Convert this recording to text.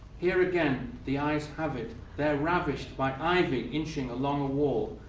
here again, the eyes have it. they're ravished by ivy inching along wall,